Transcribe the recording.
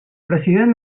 president